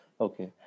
okay